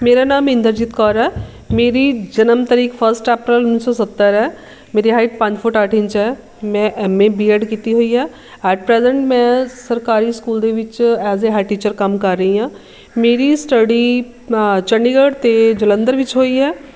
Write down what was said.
ਮੇਰਾ ਨਾਮ ਇੰਦਰਜੀਤ ਕੌਰ ਆ ਮੇਰੀ ਜਨਮ ਤਰੀਕ ਫਸਟ ਐਪ੍ਰਲ ਉੱਨੀ ਸੌ ਸੱਤਰ ਹੈ ਮੇਰੀ ਹਾਈਟ ਪੰਜ ਫੁੱਟ ਅੱਠ ਇੰਚ ਹੈ ਮੈਂ ਐੱਮ ਏ ਬੀ ਐੱਡ ਕੀਤੀ ਹੋਈ ਆ ਐਟ ਪ੍ਰੈਜੈਂਟ ਮੈਂ ਸਰਕਾਰੀ ਸਕੂਲ ਦੇ ਵਿੱਚ ਐਜ਼ ਏ ਹੈਡ ਟੀਚਰ ਕੰਮ ਕਰ ਰਹੀ ਹਾਂ ਮੇਰੀ ਸਟੱਡੀ ਚੰਡੀਗੜ੍ਹ ਅਤੇ ਜਲੰਧਰ ਵਿੱਚ ਹੋਈ ਹੈ